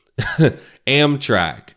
Amtrak